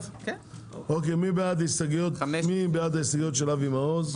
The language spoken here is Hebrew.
מי בעד ההסתייגויות של אבי מעוז?